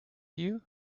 you